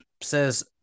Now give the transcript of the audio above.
says